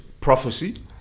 Prophecy